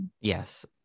yes